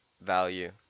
value